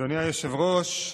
אדוני היושב-ראש,